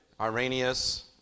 Irenaeus